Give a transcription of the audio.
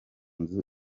nzu